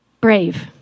brave